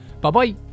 Bye-bye